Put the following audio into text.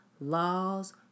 Laws